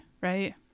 Right